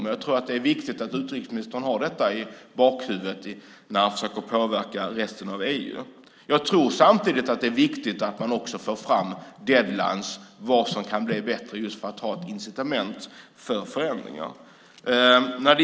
Men det är viktigt att utrikesministern har detta i bakhuvudet när han ska försöka påverka resten av EU. Jag tror samtidigt att det är viktigt att föra fram deadlines för vad som kan bli bättre när det gäller att ge incitament för förändringar.